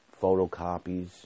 photocopies